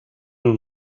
اون